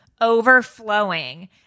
overflowing